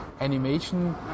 animation